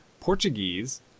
Portuguese